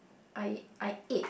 I I ate